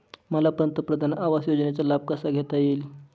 मला पंतप्रधान आवास योजनेचा लाभ कसा घेता येईल?